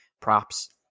Props